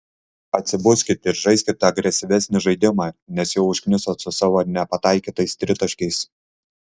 atsibuskit ir žaiskit agresyvesnį žaidimą nes jau užknisot su savo nepataikytais tritaškiais